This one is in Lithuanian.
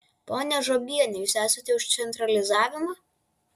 ponia žiobiene jūs esate už centralizavimą